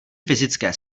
fyzické